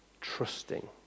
trusting